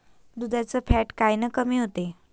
दुधाचं फॅट कायनं कमी होते?